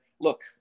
look